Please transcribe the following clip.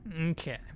Okay